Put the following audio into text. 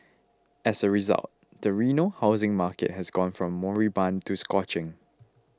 as a result the Reno housing market has gone from moribund to scorching